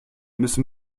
müssen